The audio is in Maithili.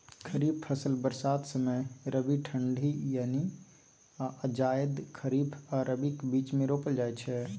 खरीफ फसल बरसात समय, रबी ठंढी यमे आ जाएद खरीफ आ रबीक बीचमे रोपल जाइ छै